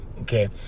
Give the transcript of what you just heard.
okay